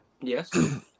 yes